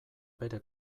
bere